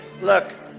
look